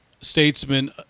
statesman